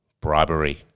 bribery